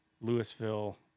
Louisville